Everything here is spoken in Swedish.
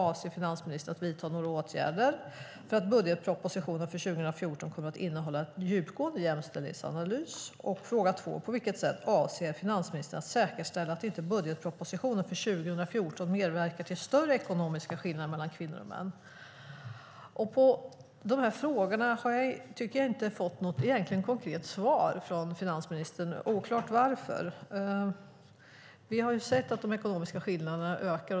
Avser finansministern att vidta några åtgärder för att budgetpropositionen för 2014 ska komma att innehålla en djupgående jämställdhetsanalys? 2. På vilket sätt avser finansministern att säkerställa att inte budgetpropositionen för 2014 medverkar till större ekonomiska skillnader mellan kvinnor och män? På de här frågorna har jag inte fått något riktigt konkret svar från finansministern, och det är oklart varför. Vi har ju sett att de ekonomiska skillnaderna ökar.